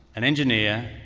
an engineer,